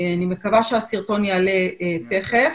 אני מקווה שהסרטון יעלה תיכף.